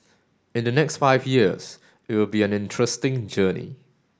in the next five years it will be an interesting journey